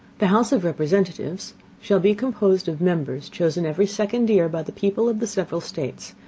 the house of representatives shall be composed of members chosen every second year by the people of the several states,